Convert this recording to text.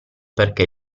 perché